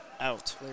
out